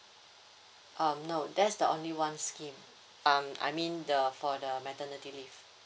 um no that's the only one scheme um I mean the for the maternity leave